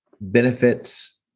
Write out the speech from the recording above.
benefits